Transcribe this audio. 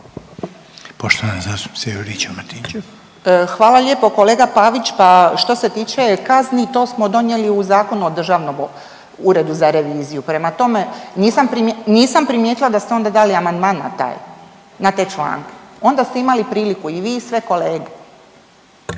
Branka (HDZ)** Hvala lijepo kolega Pavić. Pa što se tiče kazni to smo donijeli u Zakonu o Državnom uredu za reviziju, prema tome nisam primijetila da ste onda dali amandman na te članke, onda ste imali priliku i vi i sve kolege.